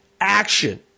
action